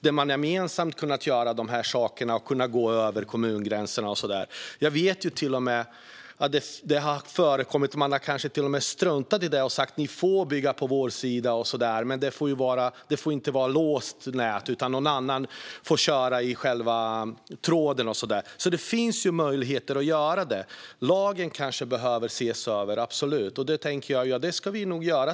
På så sätt har man kunnat göra de här sakerna gemensamt och gå över kommungränserna. Jag vet att det till och med har förekommit att man struntat i det här och sagt: Ni får bygga på vår sida, men det får inte vara ett låst nät, utan någon annan får köra i själva tråden. Det finns alltså möjligheter att göra detta. Det kan absolut vara så att lagen behöver ses över.